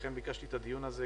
לכן ביקשתי את הדיון הזה,